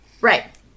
Right